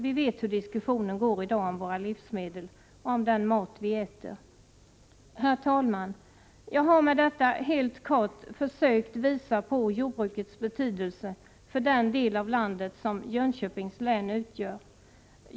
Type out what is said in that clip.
Vi vet hur diskussionen går i dag om våra livsmedel, om den mat vi äter. Herr talman! Jag har med detta helt kort försökt visa på jordbrukets betydelse för den del av landet som Jönköpings län utgör.